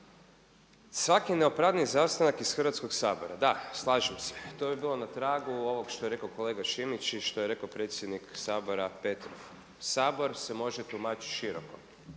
Svaki neopravdani izostanak iz Hrvatskog sabora, da slažem se to bi bilo na tragu ovoga što je rekao kolega Šimić i što je rekao predsjednik Sabora Petrov. Sabor se može tumačiti široko,